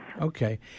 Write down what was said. Okay